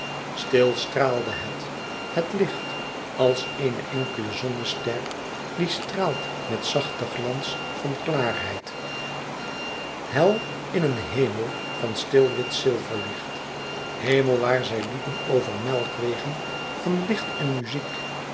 stil straalde het het licht als éene enkele zonnester die straalt met zachten glans van klaarheid hel in een hemel van stil wit zilver licht hemel waar zij liepen over melkwegen van licht en muziek